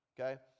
okay